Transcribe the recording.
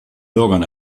bürgern